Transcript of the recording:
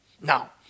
Now